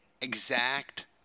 exact